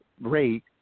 rate